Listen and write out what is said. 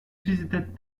visited